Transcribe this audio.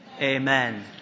Amen